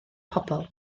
pobl